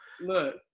Look